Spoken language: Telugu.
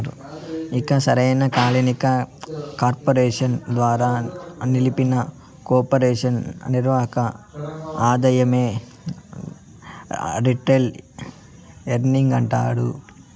ఇక సరైన కాలానికి కార్పెరేషన్ ద్వారా నిలిపిన కొర్పెరేషన్ నిర్వక ఆదాయమే రిటైల్ ఎర్నింగ్స్ అంటాండారు